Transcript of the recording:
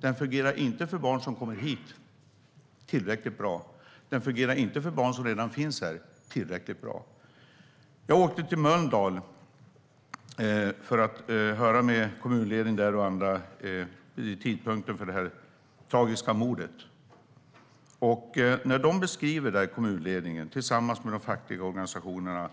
Den fungerar inte tillräckligt bra för barn som kommer hit. Den fungerar inte tillräckligt bra för barn som redan finns här. Jag åkte till Mölndal vid tidpunkten för det tragiska mordet för att prata med kommunledningen och andra. Kommunledningen tillsammans med de fackliga organisationerna,